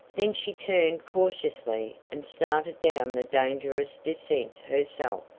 then she turned cautiously, and started down the dangerous descent herself,